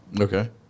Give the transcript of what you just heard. Okay